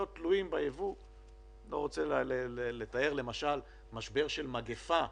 לא רוצה לתאר למשל משבר של מגיפה,